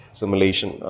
simulation